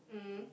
mm